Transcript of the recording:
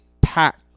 pack